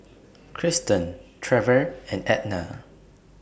Cristen Trever and Edna